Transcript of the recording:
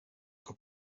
que